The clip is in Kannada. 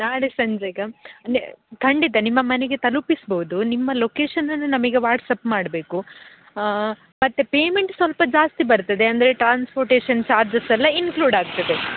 ನಾಳೆ ಸಂಜೆಗಾ ಅಂದರೆ ಖಂಡಿತ ನಿಮ್ಮ ಮನೆಗೆ ತಲುಪಿಸ್ಬೋದು ನಿಮ್ಮ ಲೊಕೇಶನನ್ನು ನಮಗೆ ವಾಟ್ಸ್ಆ್ಯಪ್ ಮಾಡಬೇಕು ಮತ್ತು ಪೇಮೆಂಟ್ ಸ್ವಲ್ಪ ಜಾಸ್ತಿ ಬರ್ತದೆ ಅಂದರೆ ಟ್ರಾನ್ಸ್ಪೊಟೇಷನ್ ಚಾರ್ಜಸೆಲ್ಲ ಇನ್ಕ್ಲುಡ್ ಆಗ್ತದೆ